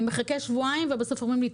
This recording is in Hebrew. אני מחכה שבועיים ובסוף אומרים לי,